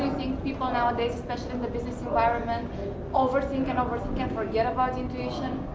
people nowadays, especially in the business environment overthink, and overthink and forget about intuition?